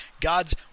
God's